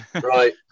Right